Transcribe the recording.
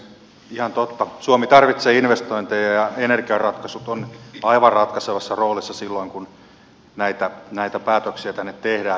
ihan totta suomi tarvitsee investointeja ja energiaratkaisut ovat aivan ratkaisevassa roolissa silloin kun näitä päätöksiä tänne tehdään